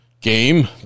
game